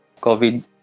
COVID